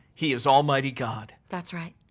he is almighty god. that's right.